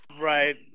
Right